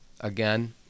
Again